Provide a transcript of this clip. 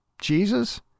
Jesus